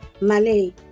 Malay